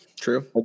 True